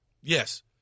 Yes